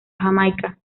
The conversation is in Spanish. jamaica